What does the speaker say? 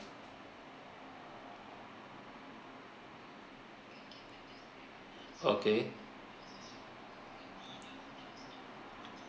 okay